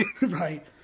Right